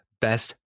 best